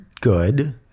good